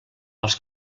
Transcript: els